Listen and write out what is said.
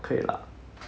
可以 lah